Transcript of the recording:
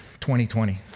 2020